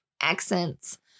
accents